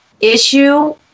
issue